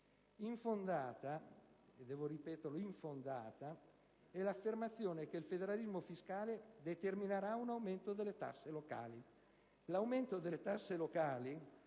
Infondata - devo ripeterlo: infondata - è l'affermazione che il federalismo fiscale determinerà un aumento delle tasse locali.